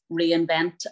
reinvent